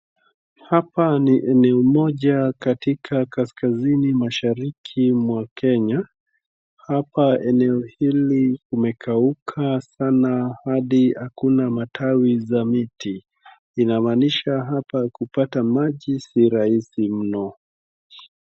Hapa ni eneo moja katika kaskazini mashariki mwa Kenya. Hapa eneo hili kumekauka sana hadi hakuna matawi za miti. Inamaanisha hapa kupata maji si rahisi mno.